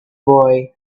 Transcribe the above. boy